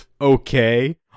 okay